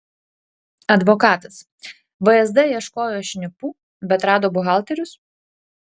advokatas vsd ieškojo šnipų bet rado buhalterius